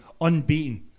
unbeaten